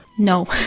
no